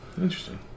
Interesting